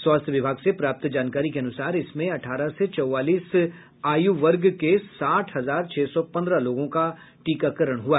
स्वास्थ्य विभाग से प्राप्त जानकारी के अनुसार इसमें अठारह से चौवालीस आयु वर्ग के साठ हजार छह सौ पन्द्रह लोगों का टीकाकरण हुआ